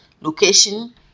location